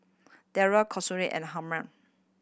Darry Consuela and Harm